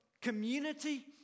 community